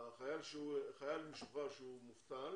חייל משוחרר שהוא מובטל